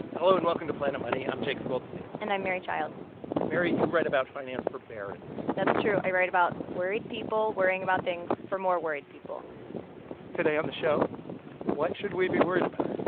hello. and welcome to planet money. i'm jacob goldstein and i'm mary childs mary, you write about finance for barron's that's true. i write about worried people worrying about things for more worried people today on the show what should we be worried about?